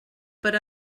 per